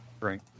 Right